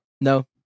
No